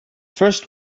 first